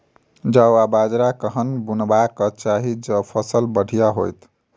जौ आ बाजरा कखन बुनबाक चाहि जँ फसल बढ़िया होइत?